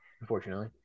unfortunately